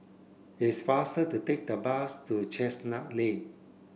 it's faster to take the bus to Chestnut Lane